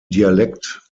dialekt